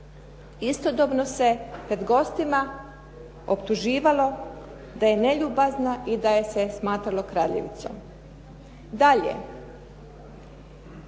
Istodobno ju se pred gostima optuživalo da je neljubazna i da je se smatralo kradljivicom.